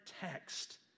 text